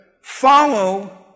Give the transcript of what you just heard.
Follow